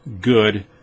good